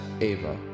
Ava